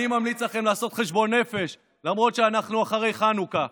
אני ממליץ לכם לעשות חשבון נפש למרות שאנחנו אחרי חנוכה.